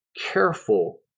careful